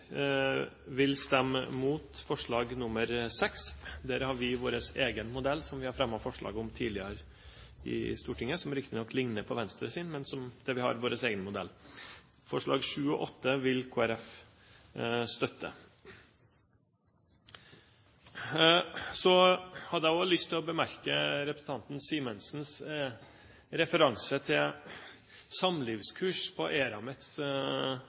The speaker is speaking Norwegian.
vil stemme mot forslag nr. 6, der har vi vår egen modell som vi har fremmet forslag om tidligere i Stortinget. Den ligner riktignok på Venstres, men vi har vår egen modell. Forslagene nr. 7 og 8 vil Kristelig Folkeparti støtte. Så har jeg lyst til å bemerke representanten Simensens referanse til samlivskurs på